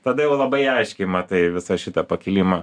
tada jau labai aiškiai matai visą šitą pakilimą